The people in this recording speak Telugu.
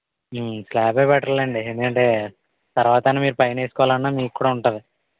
స్లాబే బెటర్ లేండి ఎందుకంటే తర్వాత అయినా మీరు పైన వేసుకోవాలన్నా మీకు కూడా ఉంటుంది